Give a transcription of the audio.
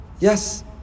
Yes